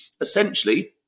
Essentially